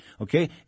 Okay